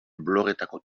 blogetako